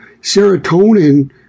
serotonin